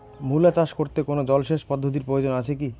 মূলা চাষ করতে কোনো জলসেচ পদ্ধতির প্রয়োজন আছে কী?